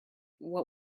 what